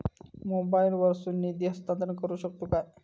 मोबाईला वर्सून निधी हस्तांतरण करू शकतो काय?